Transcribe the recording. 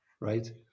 right